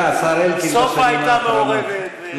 סופה הייתה מעורבת.